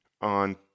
on